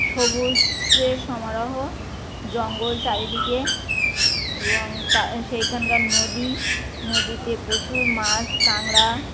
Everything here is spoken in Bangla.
সবুজের সমারোহ জঙ্গল চারিদিকে এবং তার সেইখানকার নদী নদীতে প্রচুর মাছ কাঁকড়া